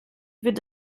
wird